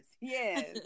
Yes